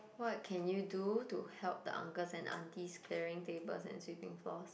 what can you do to help the uncles and aunties clearing tables and sweeping floors